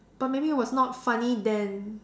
but maybe it was not funny then